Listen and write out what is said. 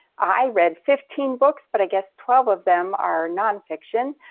i read fifteen books but i guess twelve of them are non fiction.